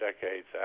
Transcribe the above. decades